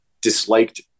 disliked